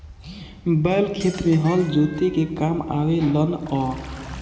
बैल खेत में हल जोते के काम आवे लनअ